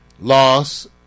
loss